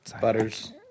Butters